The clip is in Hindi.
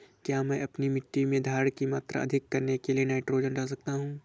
क्या मैं अपनी मिट्टी में धारण की मात्रा अधिक करने के लिए नाइट्रोजन डाल सकता हूँ?